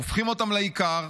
הופכים אותם לעיקר,